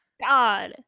god